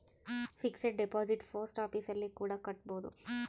fixed deposit post office ಅಲ್ಲಿ ಕೂಡ ಕಟ್ಬೋದು